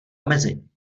omezení